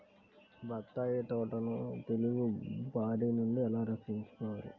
బత్తాయి తోటను తెగులు బారి నుండి ఎలా రక్షించాలి?